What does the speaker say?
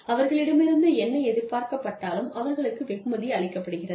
அவர்களிடமிருந்து என்ன எதிர்பார்க்கப்பட்டாலும் அவர்களுக்கு வெகுமதி அளிக்கப்படுகிறது